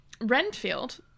Renfield